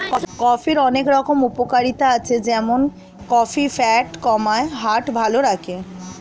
কফির অনেক রকম উপকারিতা আছে যেমন কফি ফ্যাট কমায়, হার্ট ভালো রাখে